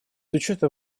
учетом